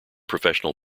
professional